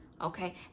okay